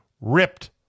ripped